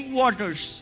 waters